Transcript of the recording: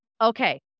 Okay